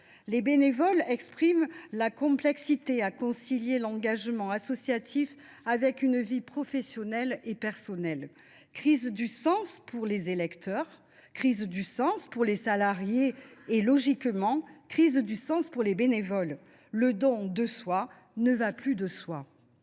combien il est difficile pour eux de concilier l’engagement associatif avec les vies professionnelle et personnelle. Crise du sens pour les électeurs, crise du sens pour les salariés et, logiquement, crise du sens pour les bénévoles : le don de soi ne va plus de soi…